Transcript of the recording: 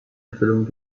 erfüllung